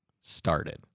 started